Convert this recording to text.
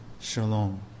Shalom